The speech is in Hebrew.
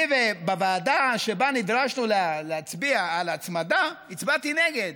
בוועדה שבה נדרשנו להצביע על ההצמדה, הצבעתי נגד.